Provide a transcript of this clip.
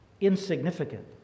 insignificant